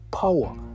power